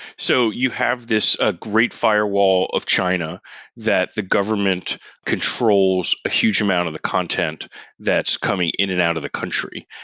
so you have this ah great firewall of china that the government controls a huge amount of the content that's coming in and out of the country,